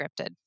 scripted